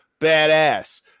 Badass